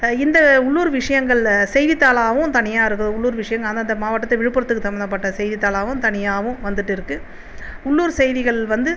இந்த உள்ளூர் விஷயங்கள்ல செய்தித்தாளாகவும் தனியாக இருக்குது உள்ளூர் விஷயம் அந்தந்த மாவட்டத்துக்கு விழுப்புரத்துக்கு சம்மந்தப்பட்ட செய்தித்தாளாகவும் தனியாகவும் வந்துட்டு இருக்குது உள்ளூர் செய்திகள் வந்து